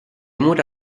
mura